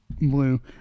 Blue